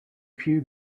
few